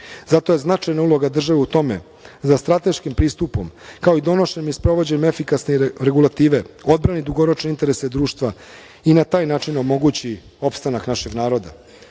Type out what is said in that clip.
Zato je značajna uloga države u tome za strateškim pristupom, kao i donošenjem i sprovođenjem efikasne regulative, odbrani dugoročne interese društva i na taj način omogući opstanak našeg naroda.